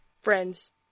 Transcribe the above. Friends